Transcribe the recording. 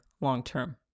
long-term